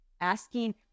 asking